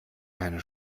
keine